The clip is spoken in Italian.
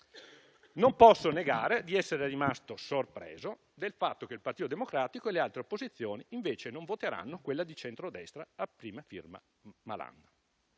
Non posso negare di essere rimasto sorpreso dal fatto che il Partito Democratico e le altre opposizioni invece non voteranno quella di centrodestra, a prima firma del